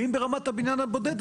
ואם ברמת הבניין הבודד,